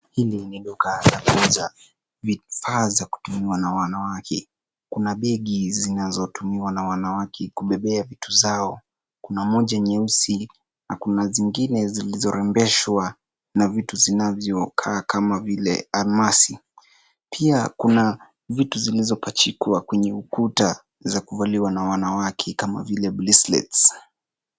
Hili ni duka la kuuza vifaa za kutumiwa na wanawake. Kuna begi zinazotumiwa na wanawake kubebea vitu zao. Kuna moja nyeusi na kuna zingine zilizorembeshwa na vitu zinazokaa kama vile almasi. Pia kuna vitu zilizopachikwa kwenye ukuta za kuvaliwa na wanawake kama vile bracelets .